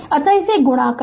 अतः इसे गुणा करें